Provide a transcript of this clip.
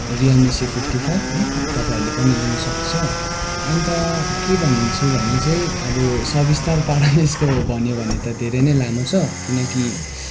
Realme C fifty five है तपाईँहरूले पनि लिनुसक्छ अन्त के भन्छु भने चाहिँ अब सविस्तार पारामा यसको भन्यो भने त धेरै नै लामो छ किनकि